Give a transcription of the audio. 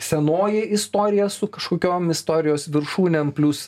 senoji istorija su kažkokiom istorijos viršūnėm plius